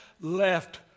left